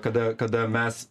kada kada mes